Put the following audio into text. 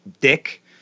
Dick